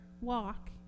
walk